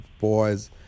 boys